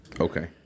Okay